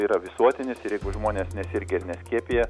yra visuotinis ir jeigu žmonės nesirgę neskiepija